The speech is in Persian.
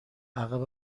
عقب